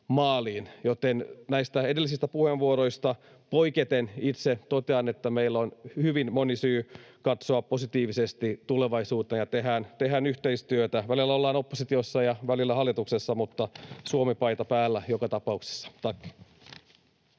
joten näistä edellisistä puheenvuoroista poiketen itse totean, että meillä on hyvin moni syy katsoa positiivisesti tulevaisuuteen ja tehdä yhteistyötä. Välillä ollaan oppositiossa ja välillä hallituksessa, mutta Suomi-paita päällä joka tapauksessa.